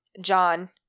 john